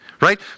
right